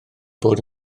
bod